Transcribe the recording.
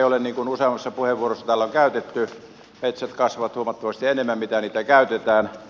niin kuin useammassa puheenvuorossa täällä on todettu metsät kasvavat huomattavasti enemmän kuin niitä käytetään